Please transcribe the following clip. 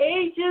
ages